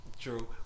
True